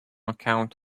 account